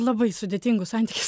labai sudėtingus santykius